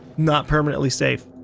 not permanently safe.